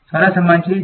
વિદ્યાર્થી 0